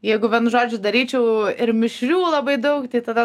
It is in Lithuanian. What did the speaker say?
jeigu vienu žodžiu daryčiau ir mišrių labai daug tai tada